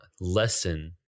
lesson